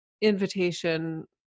invitation